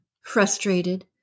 frustrated